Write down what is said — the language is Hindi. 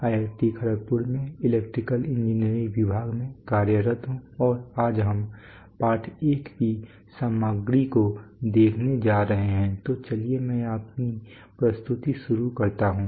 IIT खड़गपुर में इलेक्ट्रिकल इंजीनियरिंग विभाग में कार्यरत हूं और आज हम पाठ 1 की सामग्री को देखने जा रहे हैं तो चलिए मैं अपनी प्रस्तुति शुरू करता हूँ